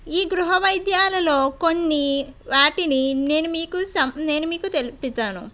ఈ గృహ వైద్యాలలో కొన్ని వాటిని నేను మీకు స నేను మీకు తెలుపుతాను